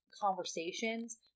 conversations